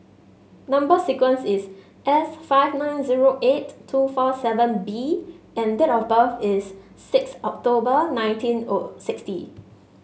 number sequence is S five nine zero eight two four seven B and date of birth is six October nineteen sixty